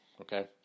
okay